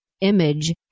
image